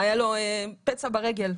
היה לו פצע ברגל.